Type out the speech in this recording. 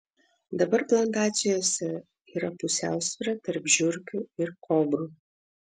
dabar plantacijose yra pusiausvyra tarp žiurkių ir kobrų